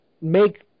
make